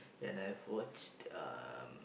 and I've watched um